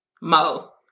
Mo